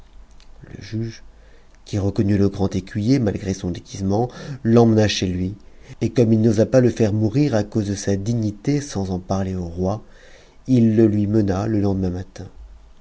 le juge qui reconnut p grand écuyer malgré son déguisement l'emmena chez lui et comme il n'osa pas le faire mourir à cause de sa dignité sans en parler au roi h le lui mena le lendemain matin